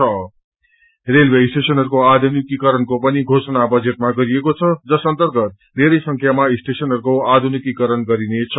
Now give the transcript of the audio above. छ रेलवे स्टेशनहरूको आधुनिकरणको पनि घोषणा बजेटमा गरिएको छ जस अर्न्तगत धेरै संख्यामा स्टेशनहरूको आधुनिकीकरण गरिनेछ